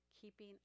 keeping